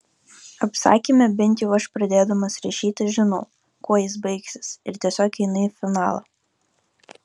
apsakyme bent jau aš pradėdamas rašyti žinau kuo jis baigsis ir tiesiog einu į finalą